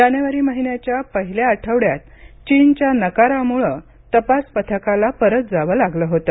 जानेवारी महिन्याच्या पहिल्या आठवड्यात चीनच्या नकारामुळं तपास पथकाला परत जावं लागलं होतं